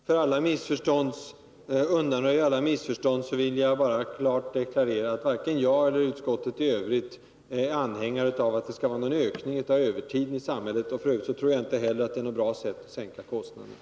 Fru talman! För att undanröja alla missförstånd vill jag bara klart deklarera att varken jag eller utskottsledamöterna i övrigt är anhängare av en ökning av övertiden i samhället. F. ö. tror jag inte att det är något bra sätt att sänka kostnaderna.